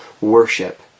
worship